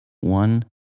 one